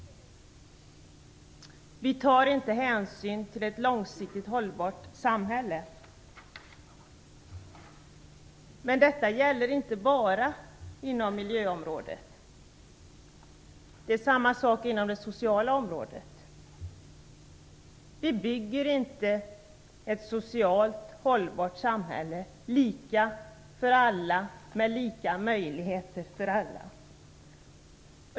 Vi tar inte hänsyn till ett långsiktigt hållbart samhälle. Detta gäller inte bara inom miljöområdet. Det är samma sak inom det sociala området. Vi bygger inte ett socialt hållbart samhälle, lika för alla, med lika möjligheter för alla.